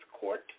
court